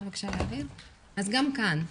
אז גם כאן,